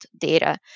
data